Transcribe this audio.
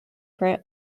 print